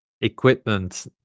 equipment